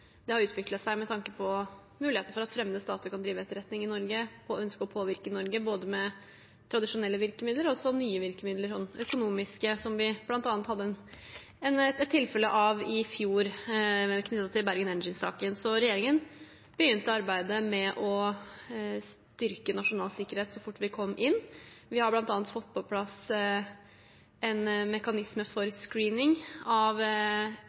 det har utviklet seg med tanke på muligheten for at fremmede stater kan drive etterretning i Norge og ønske å påvirke Norge med både tradisjonelle virkemidler og også nye virkemidler, som økonomiske, noe vi bl.a. hadde et tilfelle av i fjor knyttet til Bergen Engines-saken. Regjeringen begynte arbeidet med å styrke nasjonal sikkerhet så fort vi kom inn. Vi har bl.a. fått på plass en mekanisme for screening av